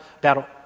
battle